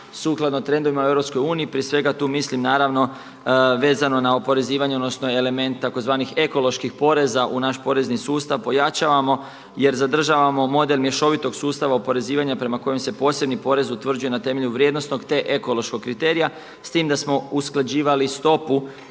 sukladno trendovima u EU, prije svega tu mislim naravno vezano na oporezivanje odnosno element tzv. ekoloških poreza u naš porezni sustav pojačavamo jer zadržavamo model mješovitog sustava oporezivanja prema kojem se posebni porez utvrđuje na temelju vrijednosnog te ekološkog kriterija, s tim da smo usklađivali stopu